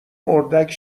اردک